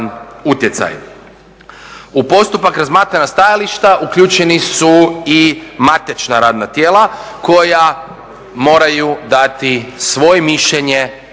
U postupak razmatranja stajališta uključeni su i matična radna tijela koja moraju dati svoje mišljenje na